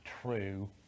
True